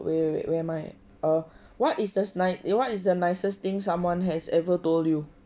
wait wait wait where am I at oh what is just night eh what is the nicest thing someone has ever told you